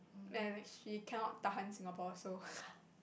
and she cannot tahan Singapore so